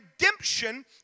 redemption